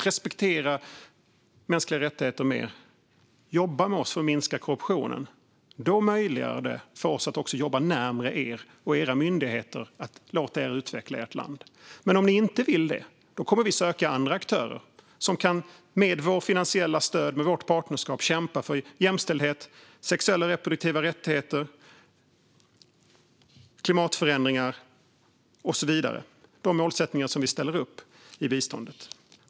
Ni måste respektera mänskliga rättigheter mer och jobba med oss för att minska korruptionen. Då möjliggör det för oss att också jobba närmare er och era myndigheter och låta er utveckla ert land. Men om ni inte vill det kommer vi att söka andra aktörer som med vårt finansiella stöd och med vårt partnerskap kan kämpa för jämställdhet, för sexuella och reproduktiva rättigheter, mot klimatförändringar och så vidare - de målsättningar som vi sätter upp i biståndet.